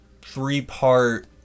three-part